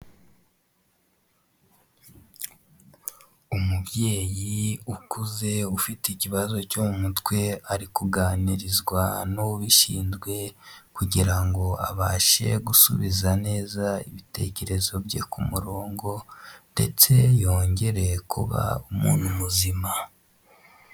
Umubyeyi ukuze, ufite ikibazo cyo mu mutwe, ari kuganirizwa n'ubishinzwe, kugira ngo abashe gusubiza neza ibitekerezo bye ku murongo, ndetse yongere kuba umuntu muzima.